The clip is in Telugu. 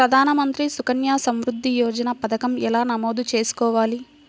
ప్రధాన మంత్రి సుకన్య సంవృద్ధి యోజన పథకం ఎలా నమోదు చేసుకోవాలీ?